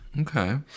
Okay